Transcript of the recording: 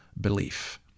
belief